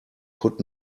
could